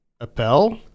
Appel